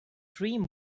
dream